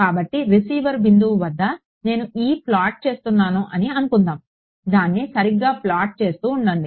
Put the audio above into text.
కాబట్టి రిసీవ్డ్ బిందువు వద్ద నేను E ప్లాట్ చేస్తున్నాను అని అనుకుందాం దాన్ని సరిగ్గా ప్లాట్ చేస్తూ ఉండండి